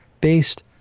based